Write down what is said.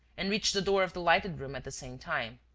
and reached the door of the lighted room at the same time.